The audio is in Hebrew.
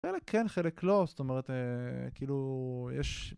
חלק כן חלק לא. זאת אומרת... כאילו... יש